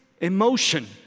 emotion